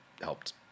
helped